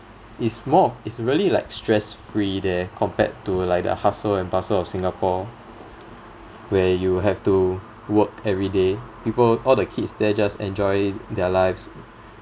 it's more it's really like stress free there compared to like the hustle and bustle of singapore where you have to work every day people all the kids there just enjoy their lives